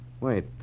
Wait